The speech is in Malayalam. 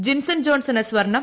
ജിൻസൺ ജോൺസണ് സ്വർണം